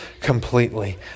completely